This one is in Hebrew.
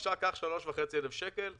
בבקשה קח 3,500 שקל בחזרה,